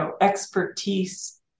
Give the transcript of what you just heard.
expertise